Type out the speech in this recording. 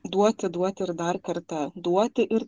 duoti duoti ir dar kartą duoti ir